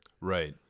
right